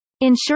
ensure